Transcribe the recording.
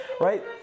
right